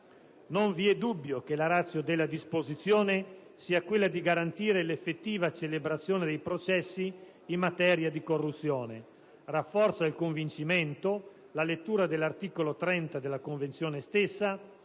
Non vi è dubbio che la *ratio* della disposizione sia quella di garantire l'effettiva celebrazione dei processi in materia di corruzione. Rafforza il convincimento la lettura dell'articolo 30 della Convenzione stessa,